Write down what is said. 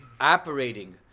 operating